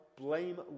Blame